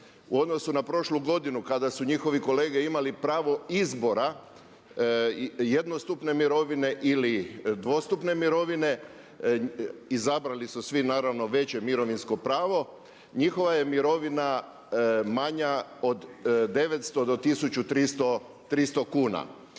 u odnosu na prošlu godinu kada su njihovi kolege imali pravo izbora jednostupne mirovine ili dvostupne mirovine, izabrali su svi naravno veće mirovinsko pravo, njihova je mirovina manja od 900 do 1300 kuna,